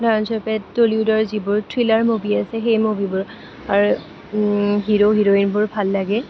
উদাহৰণস্বৰূপে টলিউডৰ যিবোৰ থ্ৰীলাৰ মুভি আছে সেই মুভিবোৰৰ হিৰো হিৰইনবোৰ ভাল লাগে